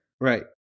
right